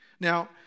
Now